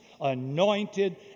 anointed